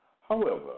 However